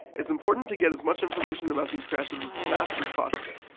it's important to get as much information about these crashes as fast as possible.